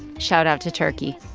shoutout to turkey